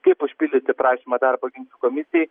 kaip užpildyti prašymą darbo ginčų komisijai